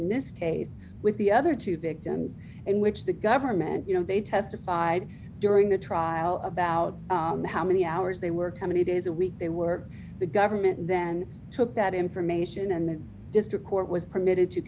in this case with the other two victims in which the government you know they testified during the trial about how many hours they were company days a week they were the government then took that information and then just a court was permitted to